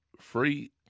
free